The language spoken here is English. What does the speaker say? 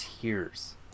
tears